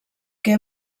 què